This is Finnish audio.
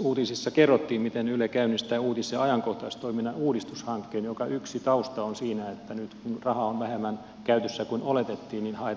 uutisissa kerrottiin miten yle käynnistää uutis ja ajankohtaistoiminnan uudistushankkeen jonka yksi tausta on siinä että nyt rahaa on vähemmän käytössä kuin oletettiin niin että haetaan sitä tehostamista